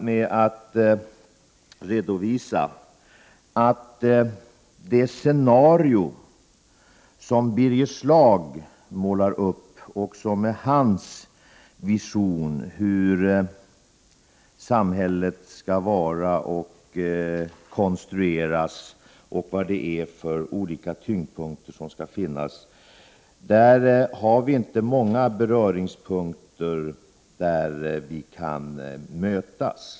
När det gäller det scenario som Birger Schlaug målar upp, med den vision han har av hur samhället skall vara konstruerat och var olika tyngdpunkter skall ligga, finns inte många beröringspunkter där vi kan mötas.